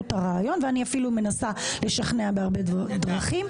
את הרעיון ואני אפילו מנסה לשכנע בהרבה דרכים,